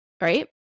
right